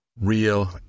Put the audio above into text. Real